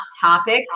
topics